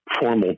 formal